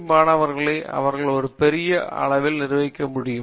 D மாணவர்கள் அவரை ஒரு பெரிய அளவில் நிர்வகிக்க முடியும்